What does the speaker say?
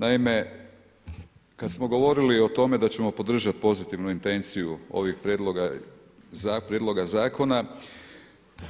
Naime kad smo govorili o tome da ćemo podržati pozitivnu intenciju ovih prijedloga zakona